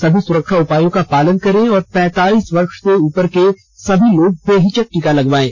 सभी सुरक्षा उपायों का पालन करें और पैंतालीस वर्ष से उपर के सभी लोग बेहिचक टीका लगवायें